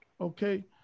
Okay